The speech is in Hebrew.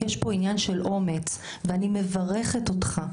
יש פה עניין של אומץ, ואני מברכת אותך.